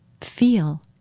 feel